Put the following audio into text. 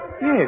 Yes